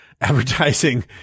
advertising